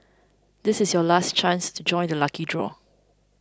this is your last chance to join the lucky draw